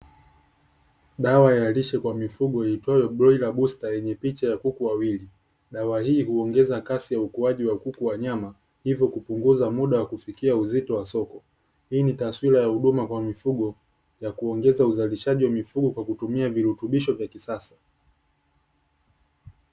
Dawa ya lishe kwa mifugo iitwayo "broila booster" yenye picha ya kuku wawili. Dawa hii huongeza kasi ya ukuaji wa kuku wa nyama hivyo kupunguza muda wa kufikia uzito wa soko. Hii ni taswira ya huduma kwa mifugo, ya kuongeza uzalishaji wa mifugo kwa kutumia virutubisho vya kisasa.